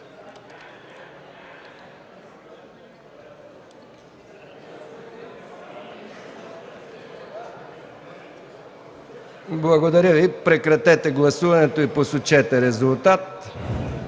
Благодаря Ви, прекратете гласуването и посочете резултата.